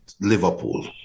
Liverpool